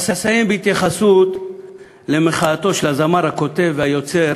אסיים בהתייחסות למחאתו של הזמר הכותב והיוצר